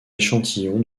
échantillon